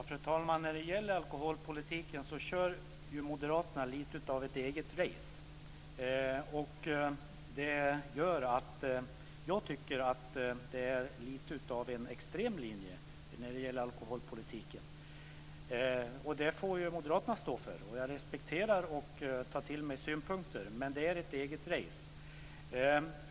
Fru talman! När det gäller alkoholpolitiken kör moderaterna lite av ett eget race. Det gör att jag tycker att det är lite av en extremlinje. Det får moderaterna stå för. Jag respekterar och tar till mig synpunkter, men det är ett eget race.